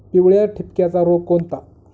पिवळ्या ठिपक्याचा रोग कोणता?